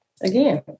Again